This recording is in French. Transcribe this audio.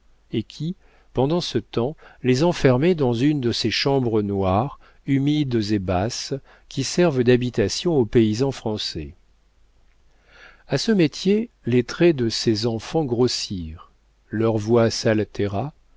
et qui pendant ce temps les enfermait dans une de ces chambres noires humides et basses qui servent d'habitation au paysan français a ce métier les traits de ces enfants grossirent leur voix s'altéra